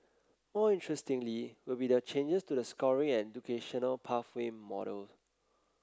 more interestingly will be the changes to the scoring and educational pathway model